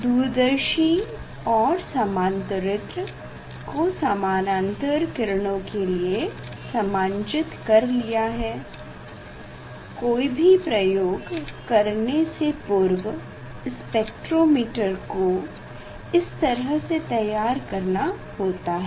दूरदर्शी और समांतरित्र को समानांतर किरणों के लिए समांजित कर लिया है कोई भी प्रयोग करने से पूर्व स्पेक्ट्रोमीटर को इस तरह तैयार करना होता है